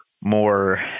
more